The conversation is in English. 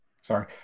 Sorry